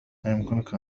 أيمكنك